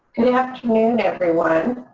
good afternoon, everyone.